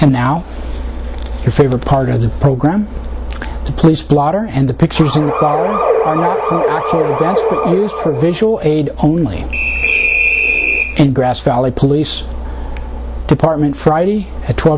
and now your favorite part of the program to police blotter and the pictures of visual aid only in grass valley police department friday at twelve